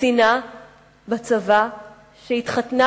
קצינה בצבא שהתחתנה,